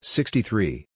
Sixty-three